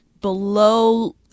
below-